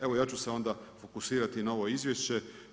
Evo ja ću se onda fokusirati na ovo izvješće.